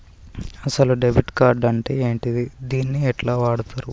అసలు debit card అంటే ఏంటిది? దీన్ని ఎట్ల వాడుతరు?